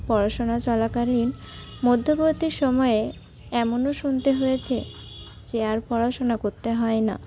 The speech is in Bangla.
পড়াশোনা চলাকালীন মধ্যবর্তী সময়ে এমনও শুনতে হয়েছে যে আর পড়াশোনা করতে হয় না